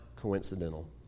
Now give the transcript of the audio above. coincidental